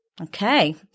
Okay